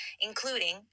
including